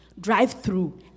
Drive-through